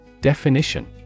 Definition